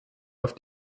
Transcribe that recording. auf